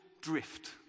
drift